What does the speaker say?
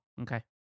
Okay